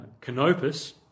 Canopus